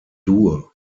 dur